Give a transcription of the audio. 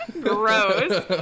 gross